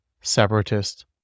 Separatist